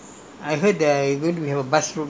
they covering now already you got see not